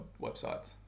websites